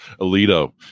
Alito